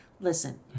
listen